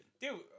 Dude